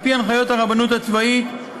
על-פי הנחיות הרבנות הצבאית,